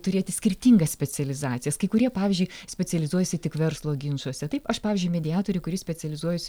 turėti skirtingas specializacijas kai kurie pavyzdžiui specializuojasi tik verslo ginčuose taip aš pavyzdžiui mediatorė kuri specializuojuosi